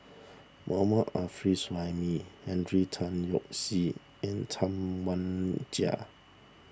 Mohammad Arif Suhaimi Henry Tan Yoke See and Tam Wai Jia